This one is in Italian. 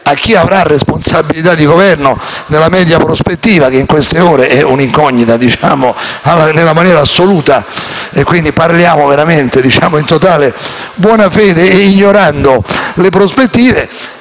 a chi avrà responsabilità di governo nella media prospettiva - in queste ore è un'incognita assoluta e quindi parliamo veramente in totale buona fede e ignorando le prospettive